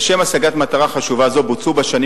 לשם השגת מטרה חשובה זו בוצעו בשנים